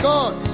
God